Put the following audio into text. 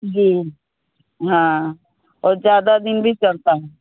जी हाँ और ज़्यादा दिन भी चलते हैं